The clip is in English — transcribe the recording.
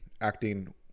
acting